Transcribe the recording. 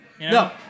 No